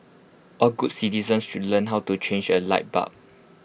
all good citizens should learn how to change A light bulb